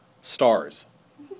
Stars